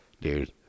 Dude